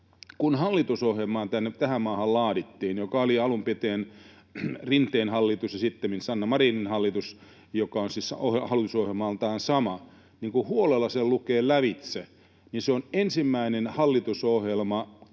Kun hallitusohjelmaa tähän maahan laadittiin — alun pitäen se oli Rinteen hallitus ja sittemmin Sanna Marinin hallitus, joka on siis hallitusohjelmaltaan sama — ja kun huolella sen lukee lävitse, niin se on Suomessa